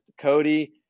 Cody